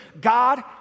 God